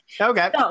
Okay